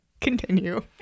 Continue